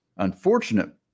unfortunate